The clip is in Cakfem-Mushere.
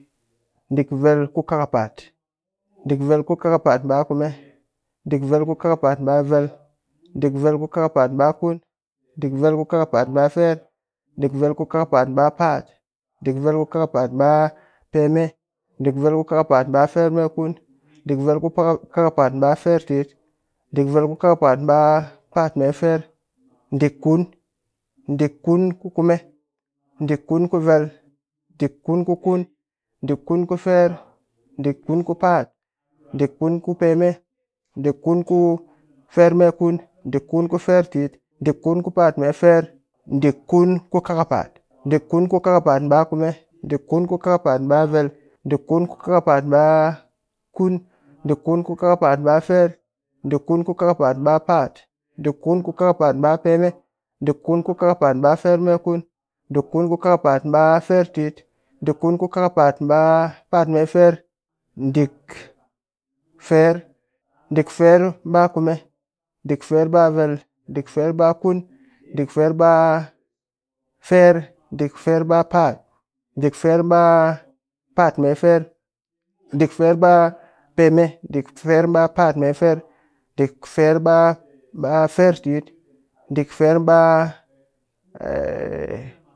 Ɗik vel ku kakapa'at, ɗik vel ku kakapa'at ba kume ɗik vel ku kakapa'at ba kun, ɗik vel ku kakapa'at ba ferr, ɗik vel ku kakapa'at ba pa'at, ɗik vel ku kakapət ba peme, dik vel ku kakapa'at ba ferr me kun, ɗik vel ku kakapa'at ba ferr tit, ɗik vel ku kakapa'at ba pa'at me ferr, ɗik kun ɗik kun ku kume, ɗik kun ku vel, ɗik kun kun ku kun ɗik kun ku ferr, ɗik kun ku pa'at, ɗik kun ku peme, ɗik kun ku ferr me kun ɗik kun ku ferr tit, ɗik kun ku pa'at me ferr, ɗik kun ku kakapa'at, ɗik kun ku kakapa'at ba kume, ɗik kun ku kakapa'at ba vel, ɗik kun ku kakapa'at ba kun, ɗik kun ku kakapa'at ba ferr, ɗik kun ku kakapa'at ba pa'at, ɗik kun ku kakapa'at ba peme, ɗik kun ku kakapa'at ba ferr me kun, ɗik kun ku kakapa'at ba ferr tit, dik kun ku kakapa'at ba pa'at me ferr, ɗik ferr, ɗik ferr ba kume ɗik ferr ba vel, ɗik ferr ba kun, ɗik ferr ba ferr, ɗik ferr ba pa'at, ɗik ferr me pa'at me ferr, ɗik ferr ba peme, ɗik ferr ba pa'at me ferr, ɗik ferr tit, ɗik fer ba